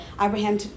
Abraham